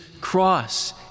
cross